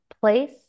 place